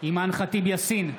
אימאן ח'טיב יאסין,